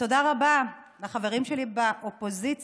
ותודה רבה לחברים שלי באופוזיציה,